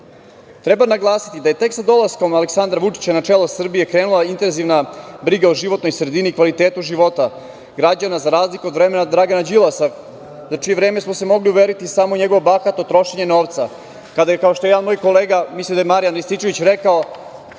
naglasiti da je tek sa dolaskom Aleksandra Vučića na čelo Srbije krenula intenzivna briga o životnoj sredini, kvalitetu života građana, za razliku od vremena Dragana Đilasa, za čije vreme smo se mogli uveriti samo u njegovo bahato trošenje novca. Kao što je jedan moj kolega, mislim da je Marjan Rističević, rekao,